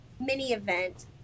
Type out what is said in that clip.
mini-event